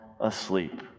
asleep